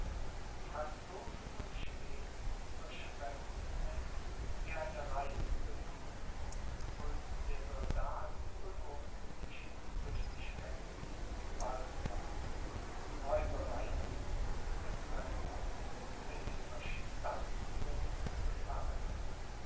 franzosen und schweden überschwemmten es wie eine reißende fluth und der soldat belohnte sich durch die schrecklichsten gewalttaten räubereien und erpressungen für die überstandnen gefahren